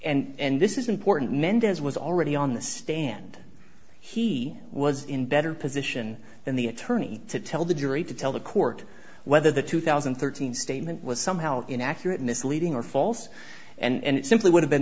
testimony and this is important mendez was already on the stand he was in better position than the attorney to tell the jury to tell the court whether the two thousand and thirteen statement was somehow inaccurate misleading or false and it simply would have been